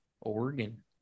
Oregon